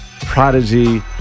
Prodigy